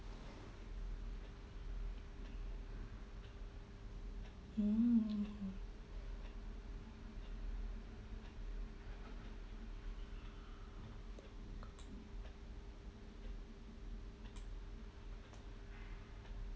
mm